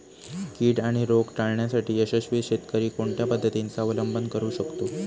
कीड आणि रोग टाळण्यासाठी यशस्वी शेतकरी कोणत्या पद्धतींचा अवलंब करू शकतो?